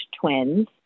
twins